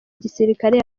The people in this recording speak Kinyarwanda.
gisirikare